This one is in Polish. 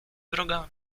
wrogami